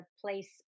place